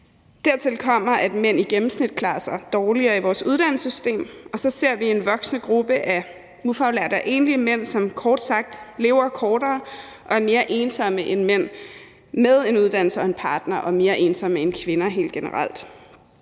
Dertil kommer, at mænd i gennemsnit klarer sig dårligere i vores uddannelsessystem, og så ser vi en voksende gruppe af ufaglærte og enlige mænd, som kort sagt lever kortere og er mere ensomme end mænd med en uddannelse og en partner og er mere ensomme end kvinder helt generelt.